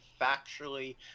factually